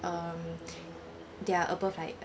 um they're above like